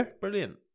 brilliant